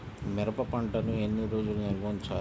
మిరప పంటను ఎన్ని రోజులు నిల్వ ఉంచాలి?